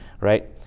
right